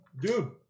Dude